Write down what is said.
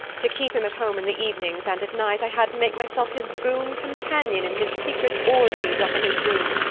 to keep him at home in the evenings, and at night, i had to make myself his boon companion in his secret orgies up in his room.